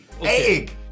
Egg